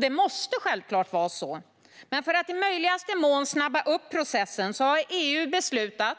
Det måste självklart vara det, men för att i möjligaste mån snabba upp processen har EU beslutat